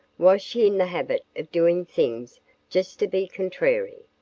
was she in the habit of doing things just to be contrary?